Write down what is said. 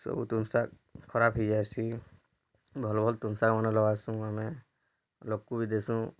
ସବୁ ତୁନ୍ ଶାଗ୍ ଖରାପ ହେଇଯାଇସି ଭଲ ଭଲ ତୁନ୍ ଶାଗମାନେ ଲଗାସୁଁ ଆମେ ଲୋକକୁ ବି ଦେସୁଁ